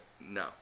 No